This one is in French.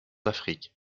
afrique